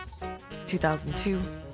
2002